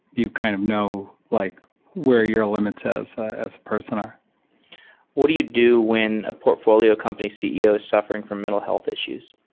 you kind of know like where your limits as a person are what do you do when a portfolio company ceo is suffering from mental health issues?